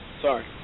sorry